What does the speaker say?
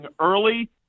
early